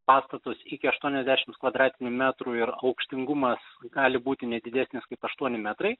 pastatus iki aštuoniasdešimts kvadratinių metrų ir aukštingumas gali būti ne didesnis kaip aštuoni metrai